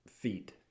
feet